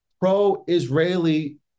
pro-Israeli